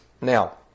Now